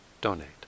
donate